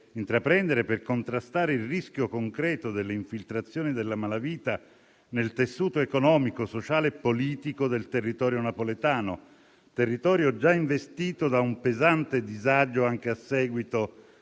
intraprendere per contrastare il rischio concreto di infiltrazioni della malavita nel tessuto economico, sociale e politico del territorio napoletano, già investito da un pesante disagio, anche a seguito